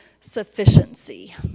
sufficiency